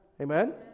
Amen